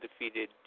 defeated